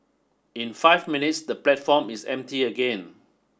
in five minutes the platform is empty again